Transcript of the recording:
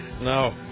No